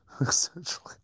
essentially